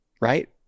Right